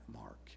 mark